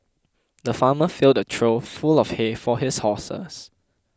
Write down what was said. the farmer filled a trough full of hay for his horses